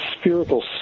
spherical